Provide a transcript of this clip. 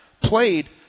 played